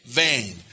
vain